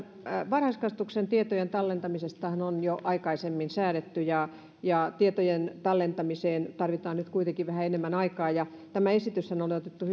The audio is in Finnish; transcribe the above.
varhaiskasvatuksen tietojen tallentamisestahan on jo aikaisemmin säädetty ja ja tietojen tallentamiseen tarvitaan nyt kuitenkin vähän enemmän aikaa tämä esityshän on otettu